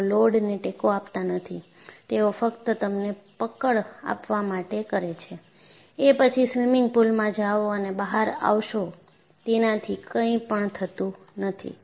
તેઓ લોડને ટેકો આપતા નથી તેઓ ફક્ત તમને પકડ આપવા માટે કરે છે એ પછી સ્વિમિંગ પૂલમાં જાઓ અને બહાર આવશો તેનાથી કંઈપણ થતું નથી